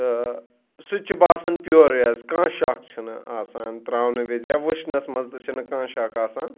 تہٕ سُہ چھِ باسَن پِیٚورٕے حظ کانٛہہ شک چھِنہٕ آسان ترٛاونہٕ وِز یا وٕچھنَس منٛز تہِ چھِنہٕ کانٛہہ شک آسان